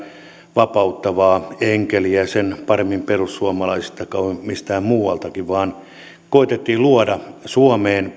vapauttavaa enkeliä sen paremmin perussuomalaisista kuin mistään muualtakaan vaan koetettiin luoda suomeen